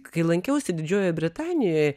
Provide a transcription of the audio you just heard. kai lankiausi didžiojoje britanijoj